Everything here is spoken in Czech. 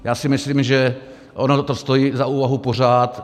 Já si myslím, že ono to stojí za úvahu pořád.